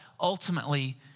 ultimately